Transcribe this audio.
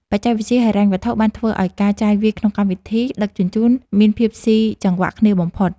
បច្ចេកវិទ្យាហិរញ្ញវត្ថុបានធ្វើឱ្យការចាយវាយក្នុងកម្មវិធីដឹកជញ្ជូនមានភាពស៊ីចង្វាក់គ្នាបំផុត។